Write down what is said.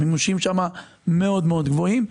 המימושים שם מאוד מאוד גבוהים.